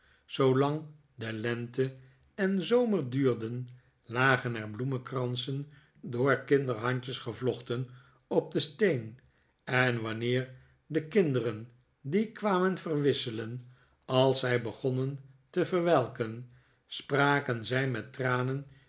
de lente en zomer duurden lagen er bloemkransen door kinderhandjes gevlochten op den steen en wanneer de kinderen die kwamen verwisselen als zij begonnen te verwelken spraken zij met tranen